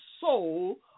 soul